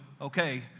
okay